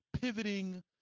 pivoting